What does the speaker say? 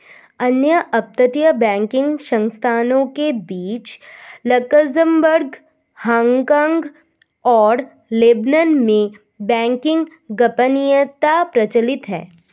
अन्य अपतटीय बैंकिंग संस्थानों के बीच लक्ज़मबर्ग, हांगकांग और लेबनान में बैंकिंग गोपनीयता प्रचलित है